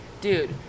dude